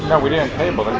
yeah we didn't table